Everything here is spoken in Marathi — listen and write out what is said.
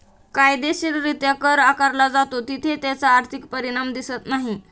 कायदेशीररित्या कर आकारला जातो तिथे त्याचा आर्थिक परिणाम दिसत नाही